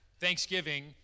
Thanksgiving